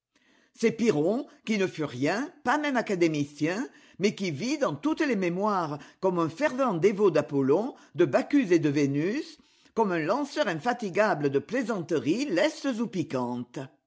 c'est piron qui ne fut rien pas même académicien mais qui vit dans toutes les mémoires comme un fervent dévot d'apollon de bacchus et de vénus comme un lanceur infatigable de plaisanteries